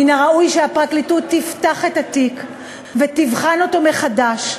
מן הראוי שהפרקליטות תפתח את התיק ותבחן אותו מחדש,